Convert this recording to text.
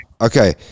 Okay